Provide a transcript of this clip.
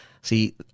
See